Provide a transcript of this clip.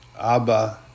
Abba